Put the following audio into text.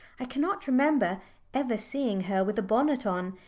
i cannot remember ever seeing her with a bonnet on,